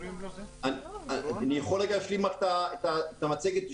יכול להשלים את המצגת?